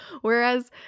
Whereas